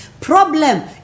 Problem